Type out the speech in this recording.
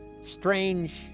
strange